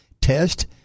test